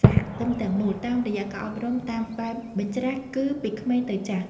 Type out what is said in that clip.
សហគមន៍ទាំងមូល តាមរយៈការអប់រំតាមបែបបញ្ច្រាសគឺពីក្មេងទៅចាស់។